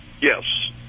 Yes